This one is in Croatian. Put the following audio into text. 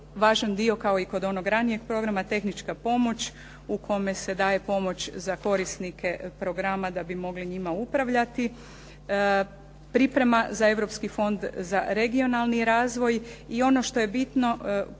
važan dio kao i kod onog ranijeg programa tehnička pomoć u kome se daje pomoć za korisnike programa da bi mogli njima upravljati. Priprema za Europski fond za regionalni razvoj i ono što je bitno